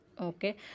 okay